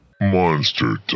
Monster